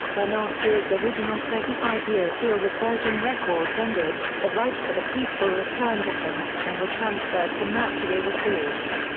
when oldfield's original thirty five year deal with virgin records ended, the rights to the piece were returned to him, and were transferred to mercury records.